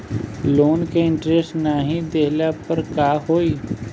Loan के interest नाही देहले पर का होई?